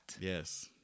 Yes